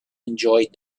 enjoyed